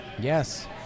Yes